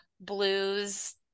blues